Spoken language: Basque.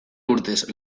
urtez